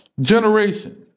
generation